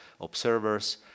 observers